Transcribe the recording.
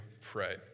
pray